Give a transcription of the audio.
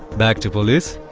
back to police?